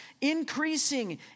increasing